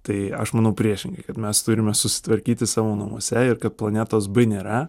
tai aš manau priešingai kad mes turime susitvarkyti savo namuose ir kad planetos b nėra